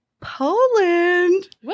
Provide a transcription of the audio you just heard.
Poland